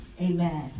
Amen